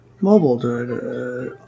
Mobile